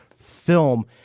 film